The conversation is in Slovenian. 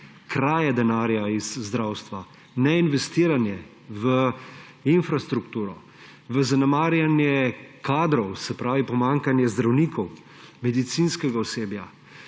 kraje denarja iz zdravstva, neinvestiranja v infrastrukturo, zanemarjanja kadrov, se pravi pomanjkanja zdravnikov, medicinskega osebja,